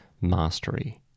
Mastery